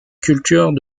culture